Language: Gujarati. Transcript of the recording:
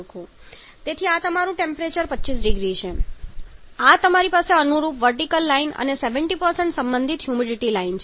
તેથી આ તમારું ટેમ્પરેચર 25 0C છે તેથી તમારી પાસે અનુરૂપ વર્ટિકલ લાઈન અને 70 સંબંધિત હ્યુમિડિટી લાઈન પણ છે